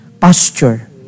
pasture